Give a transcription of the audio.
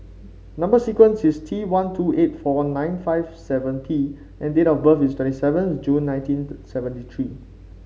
number sequence is T one two eight four nine five seven P and date of birth is twenty seventh June nineteen seventy three